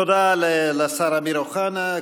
תודה לשר אמיר אוחנה.